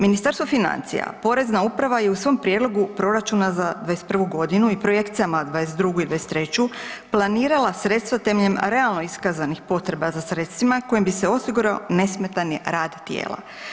Ministarstvo financija Porezna uprava je u svom prijedlogu proračuna za 2021. godinu i projekcijama za 2022. i 2023. planirala sredstva temeljem realno iskazanih potreba za sredstvima kojim bi se osigurao nesmetan rad tijela.